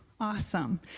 Awesome